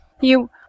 You